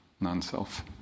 non-self